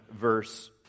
verse